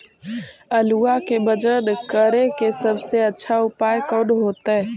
आलुआ के वजन करेके सबसे अच्छा उपाय कौन होतई?